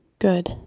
Good